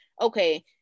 okay